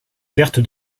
verte